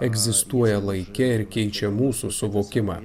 egzistuoja laike ir keičia mūsų suvokimą